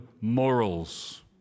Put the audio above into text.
morals